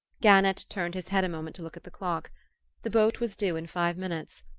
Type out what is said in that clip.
gannett turned his head a moment to look at the clock the boat was due in five minutes.